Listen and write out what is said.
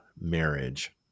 marriage